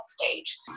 stage